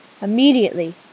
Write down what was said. Immediately